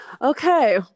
okay